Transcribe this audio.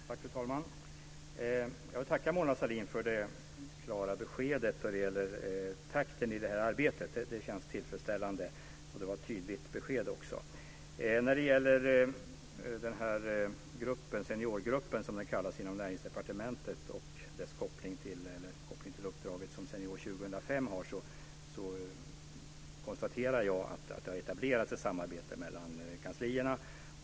Fru talman! Jag tackar Mona Sahlin för det klara beskedet vad gäller takten i arbetet. Det känns tillfredsställande. Det var ett tydligt besked. När det gäller Seniorgruppen, som den kallas inom Näringsdepartementet, och dess koppling till det uppdrag som Senior 2005 har konstaterar jag att det har etablerats ett samarbete mellan kanslierna.